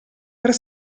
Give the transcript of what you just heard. per